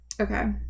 Okay